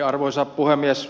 arvoisa puhemies